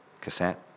cassette